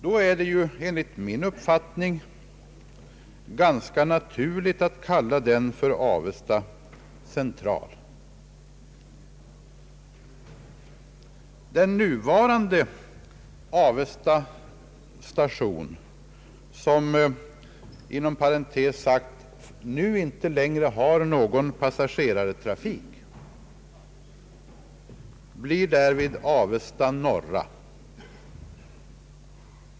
Då är det enligt min uppfattning ganska naturligt att kalla den för Avesta central. Nuvarande Avesta station, som inom parentes sagt inte längre har någon passagerartrafik, blir därmed Avesta norra.